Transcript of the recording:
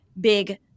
big